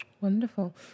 Wonderful